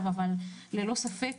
ללא ספק,